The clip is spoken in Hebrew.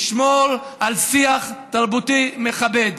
לשמור על שיח תרבותי מכבד.